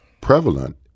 prevalent